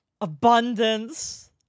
Abundance